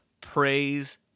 Praise